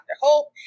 Hope